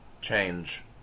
change